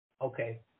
Okay